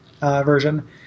version